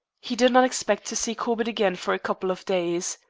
he did not expect to see corbett again for a couple of days.